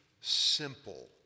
simple